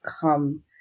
come